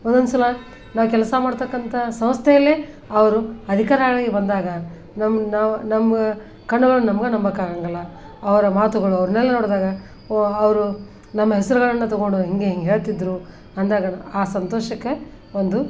ಒಂದೊಂದುಸಲ ನಾ ಕೆಲಸ ಮಾಡ್ತಕ್ಕಂಥ ಸಂಸ್ಥೆಯಲ್ಲೇ ಅವರು ಅಧಿಕಾರಿ ಆಗಿ ಬಂದಾಗ ನಮ್ಮ ನಾವು ನಮ್ಮ ಕಣ್ಣುಗಳ ನಮ್ಗೇ ನಂಬೋಕ್ಕಾಗಂಗಿಲ್ಲ ಅವರ ಮಾತುಗಳು ಅವ್ರನ್ನೆಲ್ಲ ನೋಡಿದಾಗ ಓ ಅವರು ನಮ್ಮ ಹೆಸರುಗಳನ್ನ ತಗೊಂಡು ಹೀಗೆ ಹೀಗೆ ಹೇಳ್ತಿದ್ರು ಅಂದಾಗ ಆ ಸಂತೋಷಕ್ಕೆ ಒಂದು